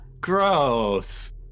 Gross